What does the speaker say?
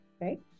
right